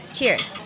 Cheers